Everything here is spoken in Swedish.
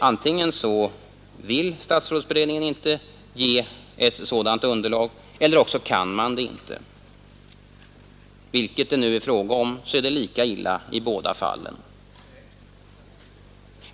Antingen vill statsrådsberedningen inte ge något sådant underlag eller också kan man det inte. Vilket det nu är frågan om är det lika illa i båda fallen.